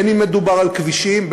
בין שמדובר בכבישים,